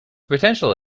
potential